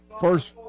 First